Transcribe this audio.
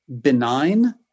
benign